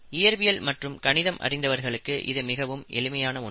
இயற்பியல் மற்றும் கணிதம் அறிந்தவர்களுக்கு இது மிகவும் எளிமையான ஒன்று